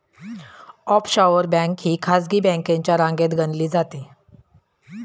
offshore bank ही खासगी बँकांच्या रांगेत गणली जाते